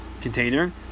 container